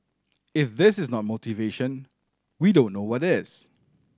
if this is not motivation we don't know what is